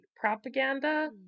propaganda